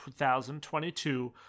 2022